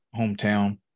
hometown